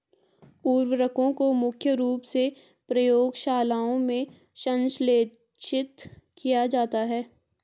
उर्वरकों को मुख्य रूप से प्रयोगशालाओं में संश्लेषित किया जाता है